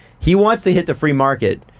he wants to hit the free market,